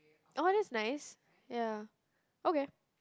orh that's nice ya okay